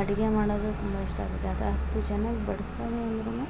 ಅಡ್ಗೆ ಮಾಡೋದು ತುಂಬ ಇಷ್ಟ ಆಗುತ್ತೆ ಅದಾ ಹತ್ತು ಜನಗೆ ಬಡ್ಸದು ಅಂದರೂನು